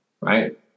right